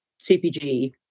CPG